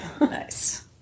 nice